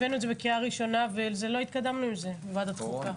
הבאנו את זה לקריאה ראשונה ולא התקדמנו עם זה בוועדת החוקה.